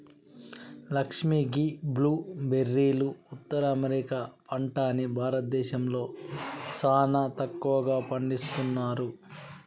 లక్ష్మీ గీ బ్లూ బెర్రీలు ఉత్తర అమెరికా పంట అని భారతదేశంలో సానా తక్కువగా పండిస్తున్నారు